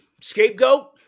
scapegoat